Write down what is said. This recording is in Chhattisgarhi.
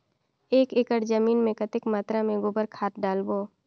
एक एकड़ जमीन मे कतेक मात्रा मे गोबर खाद डालबो?